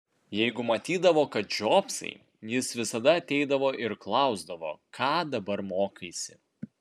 jeigu matydavo kad žiopsai jis visada ateidavo ir klausdavo ką dabar mokaisi